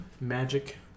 Magic